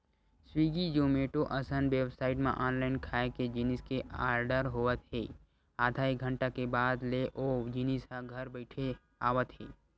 Swiggy, Zomato असन website म online खाए के जिनिस के आरडर होत हे आधा एक घंटा के बाद ले ओ जिनिस ह घर बइठे आवत हे